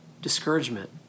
discouragement